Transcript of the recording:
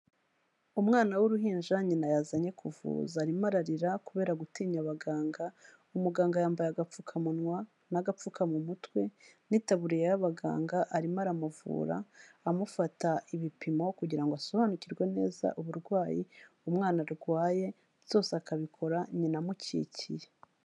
Umwana w'uruhinja nyina yazanye kuvuza, arimo ararira kubera gutinya abaganga, umuganga yambaye agapfukamunwa n'agapfuka mu mutwe n'itaburiye y'abaganga, arimo aramuvura, amufata ibipimo kugira ngo asobanukirwe neza uburwayi umwana arwaye, byose akabikora nyina amukikiye.